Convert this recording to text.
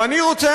ואני רוצה,